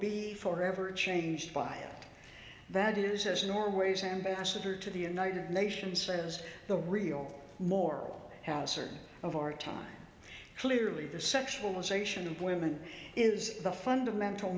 be forever changed by that is as norway's ambassador to the united nations says the real moral hazard of our time clearly the sexualization of women is the fundamental